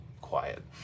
quiet